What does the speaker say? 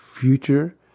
future